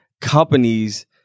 companies